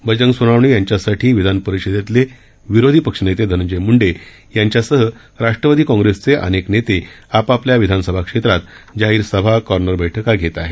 बजरंग सोनावणे यांच्यासाठी विधान परिषदेतले विरोधी पक्ष नेते धनंजय मुंडे यांच्यासह राष्ट्रवादी काँप्रेसचे अनेक नेते आपापल्या विधानसभा क्षेत्रांत जाहीर सभा कॉर्नर बैठका घेत आहेत